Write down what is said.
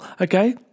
okay